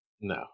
no